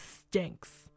stinks